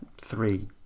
three